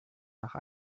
nach